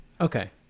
Okay